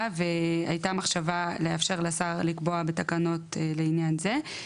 והייתה מחשבה לאפשר לשר לקבוע בתקנות לעניין זה.